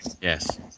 yes